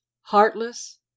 heartless